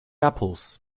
apples